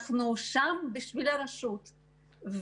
אנחנו שם בשביל הרשות.